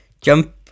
jump